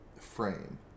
frame